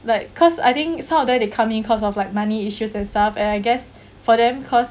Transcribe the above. like cause I think some of them they come in cause of like money issues and stuff and I guess for them cause